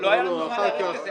לא היה לנו זמן להיערך לזה,